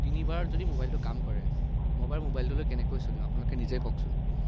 তিনিবাৰত যদি মোবাইলটো কাম কৰে মই বাৰু মোবাইলটো লৈ কেনেকৈ চলিম আপোনালোকে নিজেই কওকচোন